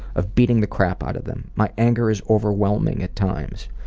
of beating the crap out of them. my anger is overwhelming at times.